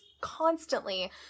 constantly